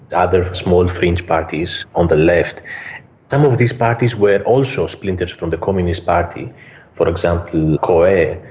other small fringe parties on the left. some of these parties were also splinters from the communist party for example, akoa,